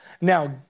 Now